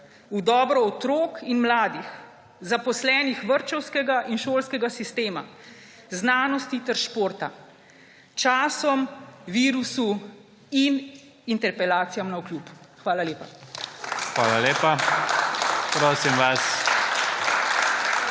v dobro otrok in mladih, zaposlenih, vrtčevskega in šolskega sistema, znanosti ter športa, času, virusu in interpelacijam navkljub. Hvala lepa. / aplavz v